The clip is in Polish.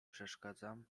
przeszkadzam